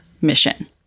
mission